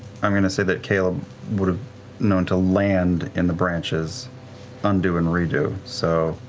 i'm going to say that caleb would have known to land in the branches undo and redo so,